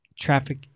traffic